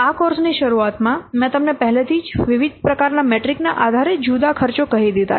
આ કોર્સની શરૂઆતમાં મેં તમને પહેલેથી જ વિવિધ પ્રકારનાં મેટ્રિક ના આધારે જુદા ખર્ચો કહી દીધા છે